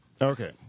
Okay